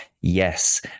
Yes